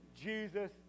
Jesus